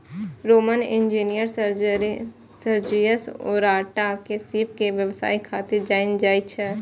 Roman engineer Sergius Orata के सीप के व्यवसाय खातिर जानल जाइ छै